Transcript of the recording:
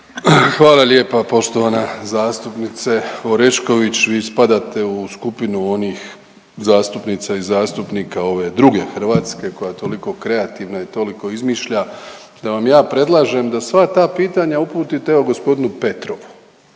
Hvala lijepa poštovana zastupnice Orešković. Vi spadate u skupinu onih zastupnica i zastupnika ove druge Hrvatske koja je toliko kreativna i toliko izmišlja da vam ja predlažem da sva ta pitanja uputite evo gospodinu Petrovu.